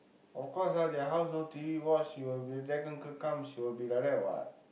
of course lah their house no T_V watch she will be come she will be like that what